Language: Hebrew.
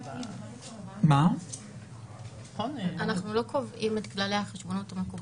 -- אנחנו לא קובעים את כללי החשבונאות המקובלים.